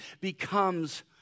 becomes